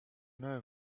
know